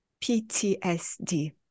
ptsd